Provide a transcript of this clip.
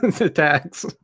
attacks